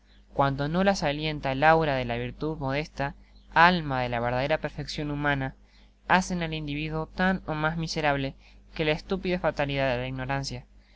cuando no las alienta el aura de la virtud modesta alma de la verdadera perfeccion humana hacen al individuo tan ó mas miserable que la estupida fatalidad de la ignorancia